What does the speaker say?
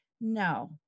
no